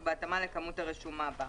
ובהתאמה לכמות הרשומה בה.